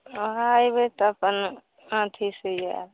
अहाँ अएबै तऽ अपन आनठीसँ आएब